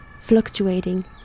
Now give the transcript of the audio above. fluctuating